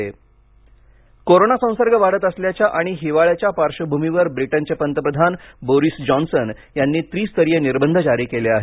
Britain निर्बंध corona संसर्ग वाढत असल्याच्या आणि हिवाळ्याच्या पार्वभूमीवर ब्रिटनचे पंतप्रधान बोरिस जॉन्सन यांनी त्रिस्तरीय निर्बंध जारी केले आहेत